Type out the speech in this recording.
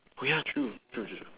oh ya true true true